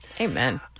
Amen